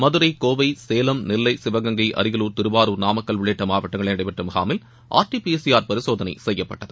மதுரை கோவை சேலம் நெல்லை சிவகங்கை அரியலூர் திருவாரூர் நாமக்கல் உள்ளிட்ட மாவட்டங்களில் நடைபெற்ற முகாமில் ஆர்டிபிசிஆர் பரிசோதனை செய்யப்பட்டது